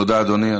תודה, אדוני.